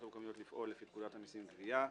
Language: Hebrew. המקומיות לפעול לפי פקודת המסים (גבייה).